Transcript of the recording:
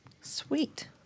sweet